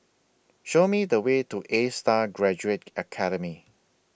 Show Me The Way to A STAR Graduate Academy